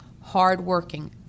hardworking